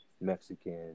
Mexican